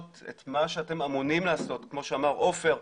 את מה שאתם אמונים לעשות כמו שאמר עופר.